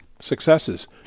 successes